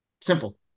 simple